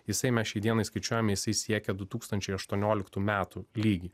jisai mes šiai dienai skaičiuojame jisai siekia du tūkstančiai aštuonioliktų metų lygį